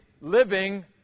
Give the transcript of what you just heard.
living